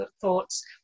thoughts